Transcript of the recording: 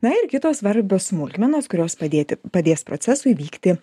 na ir kitos svarbios smulkmenos kurios padėti padės procesui vykti